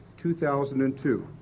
2002